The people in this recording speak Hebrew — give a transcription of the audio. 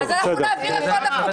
אז נעביר את זה --- חברים,